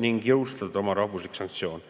ning jõustada oma rahvuslik sanktsioon.